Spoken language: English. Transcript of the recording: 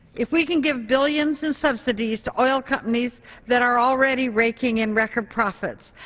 if we can give billions in subsidies to oil companies that are already raking in record profits,